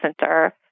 center